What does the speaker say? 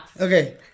okay